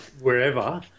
wherever